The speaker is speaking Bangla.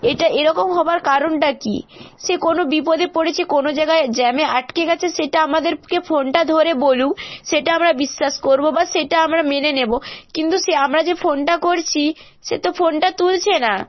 এটা এরকম হবার কারণটা কী সে কোনো বিপদে পড়েছে কোনো জায়গায় জ্যামে আটকে গেছে সেটা আমাদেরকে ফোনটা ধরে বলুক সেটা আমরা বিশ্বাস করবো বা সেটা আমরা মেনে নেবো কিন্তু সে আমরা যে ফোনটা করছি সে তো ফোনটা তুলছে না